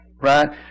Right